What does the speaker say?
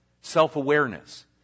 Self-awareness